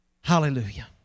Hallelujah